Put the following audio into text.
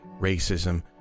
racism